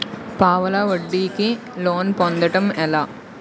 పావలా వడ్డీ కి లోన్ పొందటం ఎలా?